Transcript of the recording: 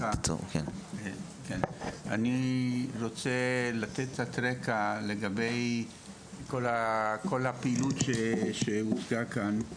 אני רוצה לתת קצת רקע לגבי הפעילות שהוצגה כאן.